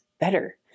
better